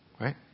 Right